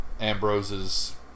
Ambrose's